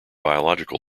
biological